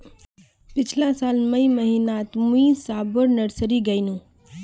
पिछला साल मई महीनातमुई सबोर नर्सरी गायेनू